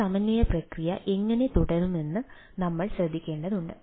ഈ സമന്വയ പ്രക്രിയ എങ്ങനെ തുടരുമെന്ന് നമ്മൾ ശ്രദ്ധിക്കേണ്ടതുണ്ട്